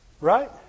Right